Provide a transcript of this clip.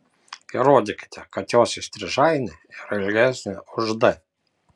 įrodykite kad jos įstrižainė yra ilgesnė už d